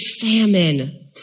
famine